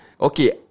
Okay